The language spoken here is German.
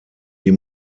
die